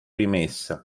rimessa